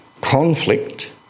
conflict